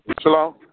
Shalom